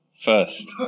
first